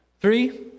Three